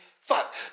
Fuck